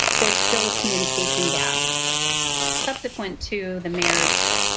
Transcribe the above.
there's still a communication gap subsequent to the mayor's